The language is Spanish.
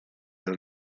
del